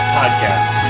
podcast